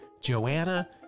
Joanna